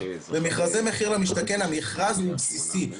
במכרזי מחיר למשתכן המכרז הוא בסיסי,